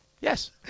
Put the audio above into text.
Yes